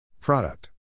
product